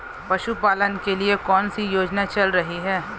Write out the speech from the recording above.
पशुपालन के लिए कौन सी योजना चल रही है?